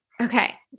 Okay